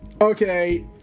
Okay